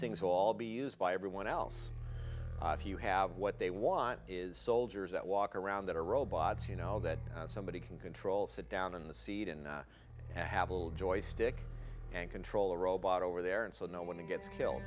things will all be used by everyone else if you have what they want is soldiers that walk around that are robots you know that somebody can control sit down in the seat in a habitable joystick and control the robot over there and so no one gets killed